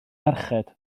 merched